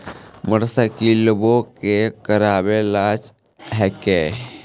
मोटरसाइकिलवो के करावे ल हेकै?